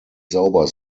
sauber